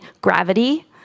gravity